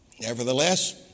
Nevertheless